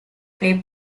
play